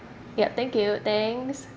yup thank you thanks